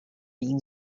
این